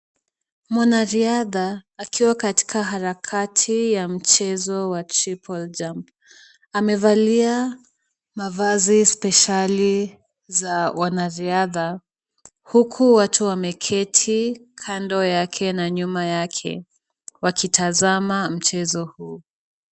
Mwanariadha akiwa katika harakati ya mchezo wa tripple jump , amevalia mavazi spesheli za wanariadha huku watu wameketi kando yake na nyuma yake wakitazama mchezo huu.